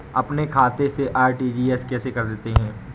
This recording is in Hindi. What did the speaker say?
अपने खाते से आर.टी.जी.एस कैसे करते हैं?